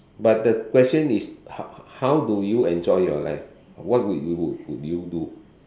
but the question is how how how do you enjoy your life what would you would would be you do